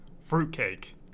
Fruitcake